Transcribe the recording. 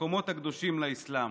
ובמקומות הקדושים לאסלאם,